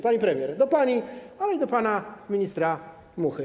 Pani premier - do pani, ale i do pana ministra Muchy.